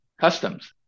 customs